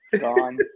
gone